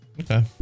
Okay